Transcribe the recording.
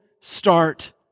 start